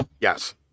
Yes